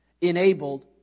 enabled